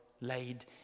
laid